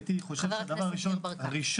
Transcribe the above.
הייתי חושב שהדבר הראשון,